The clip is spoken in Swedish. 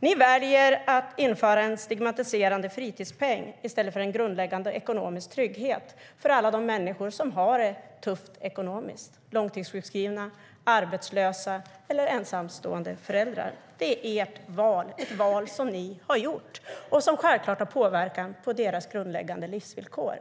Ni väljer att införa en stigmatiserande fritidspeng i stället för en grundläggande ekonomisk trygghet för alla de människor som har det tufft ekonomiskt: långtidssjukskrivna, arbetslösa eller ensamstående föräldrar. Det är ert val, ett val som ni har gjort och som självklart påverkar deras grundläggande livsvillkor.